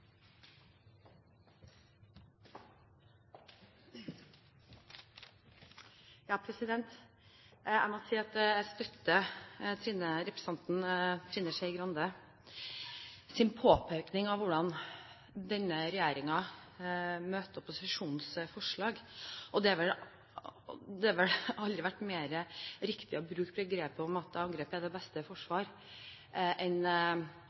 Jeg må si at jeg støtter representanten Trine Skei Grandes påpekning av hvordan denne regjeringen møter opposisjonens forslag. Det har vel aldri vært mer riktig å bruke begrepet «angrep er det beste